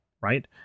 right